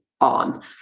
on